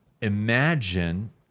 imagine